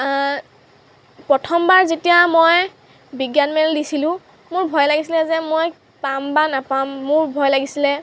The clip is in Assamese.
প্ৰথমবাৰ যেতিয়া মই বিজ্ঞান মেল দিছিলোঁ মোৰ ভয় লাগিছিলে যে মই পাম বা নাপাম মোৰ ভয় লাগিছিলে